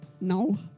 No